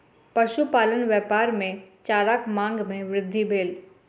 पशुपालन व्यापार मे चाराक मांग मे वृद्धि भेल